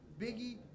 Biggie